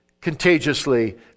contagiously